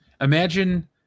Imagine